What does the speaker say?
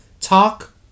talk